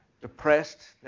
depressed